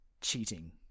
cheating